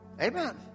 amen